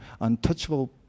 untouchable